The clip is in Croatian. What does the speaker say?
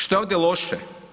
Što je ovdje loše?